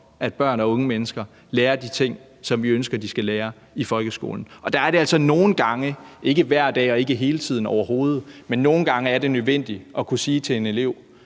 at børn og unge mennesker lærer de ting, som vi ønsker de skal lære i folkeskolen. Der er det altså nogle gange – ikke hver dag og ikke hele tiden, overhovedet – nødvendigt at kunne sige, at eleven